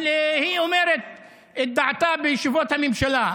אבל היא אומרת את דעתה בישיבות הממשלה.